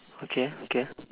okay okay